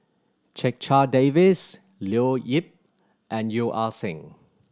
Checha Davies Leo Yip and Yeo Ah Seng